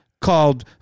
called